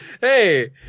Hey